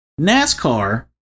NASCAR